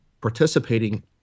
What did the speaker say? participating